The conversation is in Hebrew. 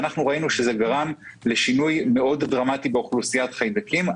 ראינו שזה גרם לשינוי דרמטי מאוד באוכלוסיית החיידקים,